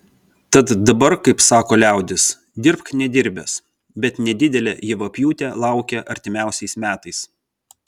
tad dabar kaip sako liaudis dirbk nedirbęs bet nedidelė javapjūtė laukia artimiausiais metais